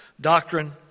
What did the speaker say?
Doctrine